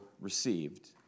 received